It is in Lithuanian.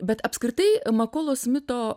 bet apskritai makolo smito